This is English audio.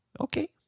Okay